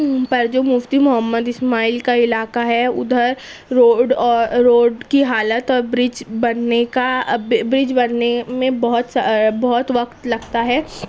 پر جو مفتی محمد اسماعیل کا علاقہ ہے ادھر روڈ اور روڈ کی حالت اور برج بننے کا برج بننے میں بہت سا بہت وقت لگتا ہے